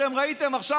אתם ראיתם עכשיו,